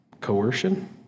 coercion